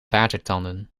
watertanden